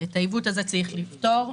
את העיוות הזה צריך לפתור.